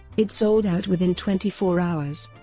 it sold out within twenty four hours.